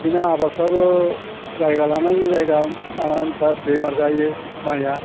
बिदिनो आबादफ्राबो जायगा लानानै जायगा नानानथा बेमार जायो माइया